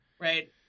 right